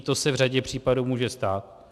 To se v řadě případů může stát.